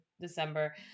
December